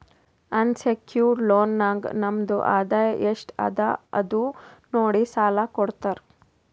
unsecured loan ನಾಗ್ ನಮ್ದು ಆದಾಯ ಎಸ್ಟ್ ಅದ ಅದು ನೋಡಿ ಸಾಲಾ ಕೊಡ್ತಾರ್